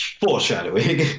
foreshadowing